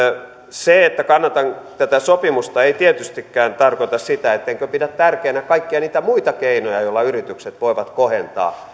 se että kannatan tätä sopimusta ei tietystikään tarkoita sitä ettenkö pidä tärkeänä kaikkia niitä muita keinoja joilla yritykset voivat kohentaa